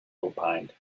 opined